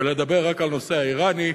ולדבר רק על הנושא האירני,